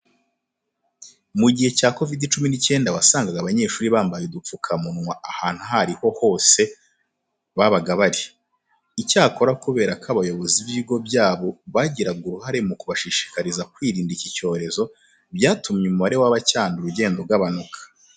Mu gihe cya Covid cumi n'icyenda wasangaga abanyeshuri bambaye udupfukamunwa ahantu aho ari ho hose babaga bari. Icyakora kubera ko abayobozi b'ibigo byabo bagiraga uruhare mu kubashishikariza kwirinda iki cyorezo, byatumye umubare wabacyandura ugenda ugabanuka.